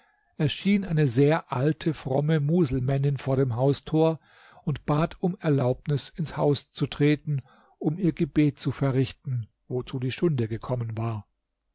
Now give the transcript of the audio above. erschien eine sehr alte fromme muselmännin vor dem haustor und bat um erlaubnis ins haus zu treten um ihr gebet zu verrichten wozu die stunde gekommen war